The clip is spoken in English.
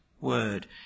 word